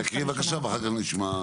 טוב, תקריאי בבקשה, ואחר כך נשמע.